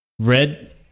Red